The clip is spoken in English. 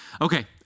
Okay